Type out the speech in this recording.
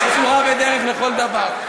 יש צורה ודרך לכל דבר.